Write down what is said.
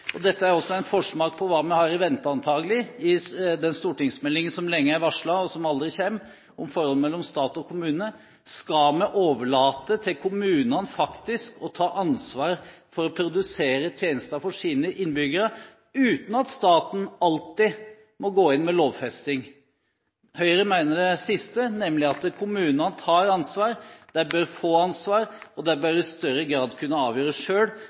er også en forsmak på hva vi har i vente, antakelig, i den stortingsmeldingen som lenge er varslet, men som aldri kommer, om forholdet mellom stat og kommune. Skal vi overlate til kommunene faktisk å ta ansvaret for å produsere tjenester for sine innbyggere uten at staten alltid må gå inn med lovfesting? Høyre mener det siste, nemlig at kommunene tar ansvar, de bør få ansvar, og de bør i større grad kunne avgjøre